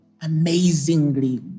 amazingly